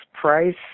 price